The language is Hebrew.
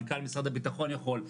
מנכ"ל משרד הביטחון יכול,